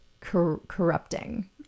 corrupting